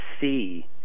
see